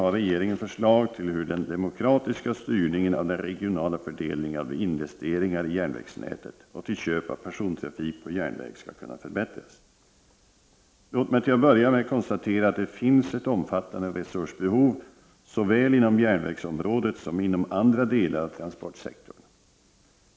Har regeringen förslag till hur den demokratiska styrningen av den regionala fördelningen av investeringar i järnvägsnätet och till köp av persontrafik på järnväg skall kunna förbättras? Låt mig till att börja med konstatera att det finns ett omfattande resursbehov såväl inom järnvägsområdet som inom andra delar av transportsektorn.